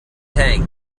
tank